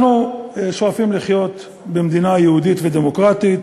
אנחנו שואפים לחיות במדינה יהודית ודמוקרטית,